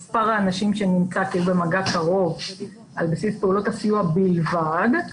מספר האנשים שנמצאו במגע קרוב על בסיס פעולות הסיוע בלבד,